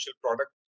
product